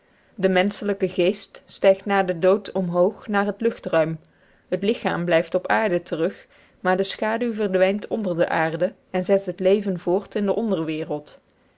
de menschelijke geest stijgt na den dood omhoog naar het luchtruim het lichaam blijft op aarde terug maar de schaduw verdwijnt onder de aarde en zet het leven voort in de onderwereld